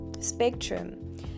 spectrum